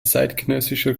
zeitgenössischer